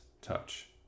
touch